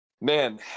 Man